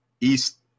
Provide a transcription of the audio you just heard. east